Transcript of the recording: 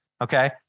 Okay